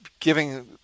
Giving